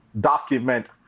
document